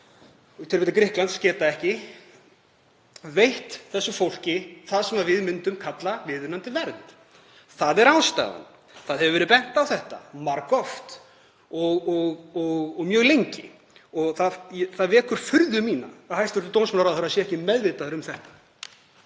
í tilviki Grikklands geta ekki, veitt þessu fólki það sem við myndum kalla viðunandi vernd. Það er ástæðan. Það hefur verið bent á þetta margoft og mjög lengi og það vekur furðu mína að hæstv. dómsmálaráðherra sé ekki meðvitaður um það.